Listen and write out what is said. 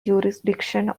jurisdiction